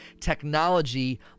technology